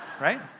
Right